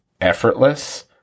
effortless